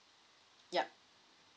yup